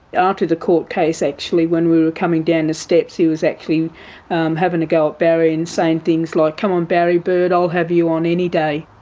after the court case when we coming down the steps, he was actually having a go at barry and saying things like, come on barry bird, i'll have you on any day.